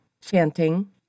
chanting